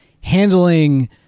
handling